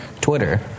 Twitter